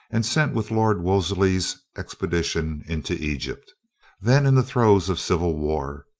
and sent with lord wolseley's expedition into egypt then in the throes of civil war.